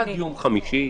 ביום ראשון